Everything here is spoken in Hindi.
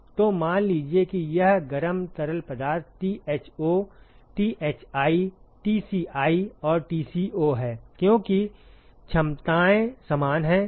तो मान लीजिए कि यह गर्म तरल पदार्थ Tho Thi Tci और Tco है क्योंकि क्षमताएं समान हैं ठीक है